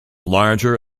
larger